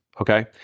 Okay